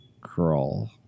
crawl